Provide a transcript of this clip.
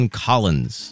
collins